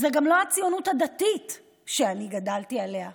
זאת גם לא הציונות הדתית שאני גדלתי עליה,